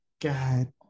God